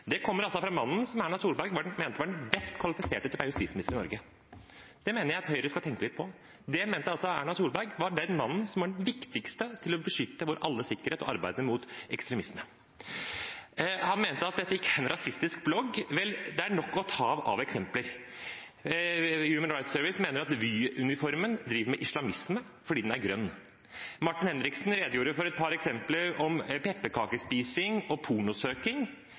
Det kommer altså fra mannen som Erna Solberg mente var den best kvalifiserte til å være justisminister i Norge. Det mener jeg at Høyre skal tenke litt på. Det mente altså Erna Solberg var den mannen som var den viktigste for å beskytte vår alles sikkerhet og arbeidet mot ekstremisme. Han mente at dette ikke er en rasistisk blogg. Vel, det er nok av eksempler å ta av. Human Rights Service mener at Vy-uniformen driver med islamisme fordi den er grønn. Martin Henriksen redegjorde for et par eksempler med pepperkakespising og